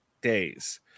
days